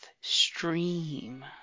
stream